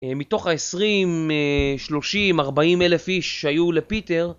מתוך ה-20, 30, 40 אלף איש שהיו לפיטר